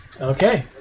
Okay